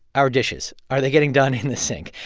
our dishes are they getting done in the sink?